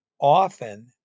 often